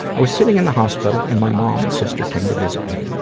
i was sitting in the hospital and my mom and sister came to visit me.